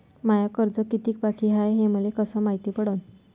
माय कर्ज कितीक बाकी हाय, हे मले कस मायती पडन?